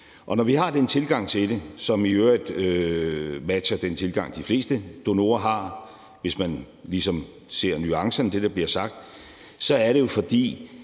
Når vi har den tilgang til det, som i øvrigt matcher den tilgang, de fleste donorer har, hvis man ligesom ser nuancerne i det, der